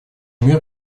мир